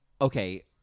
okay